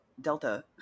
delta